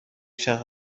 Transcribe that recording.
شخص